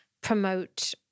promote